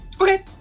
Okay